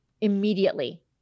immediately